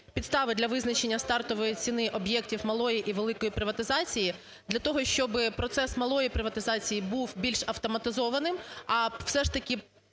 підстави для визначення стартової ціни об'єктів малої і великої приватизації для того, щоб процес малої приватизації був більш автоматизованим, а все ж таки